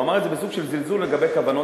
הוא אמר את זה בסוג של זלזול לגבי כוונות